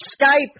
Skype